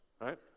right